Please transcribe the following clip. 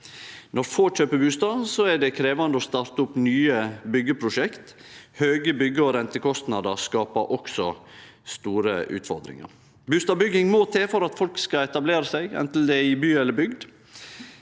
Når få kjøper bustad, er det meir krevjande å starte opp nye byggjeprosjekt. Høge byggje- og rentekostnader skaper også utfordringar. Bustadbygging må til for at folk skal kunne etablere seg, anten det er i by eller bygd.